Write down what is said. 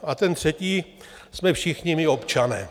A ten třetí jsme všichni my občané.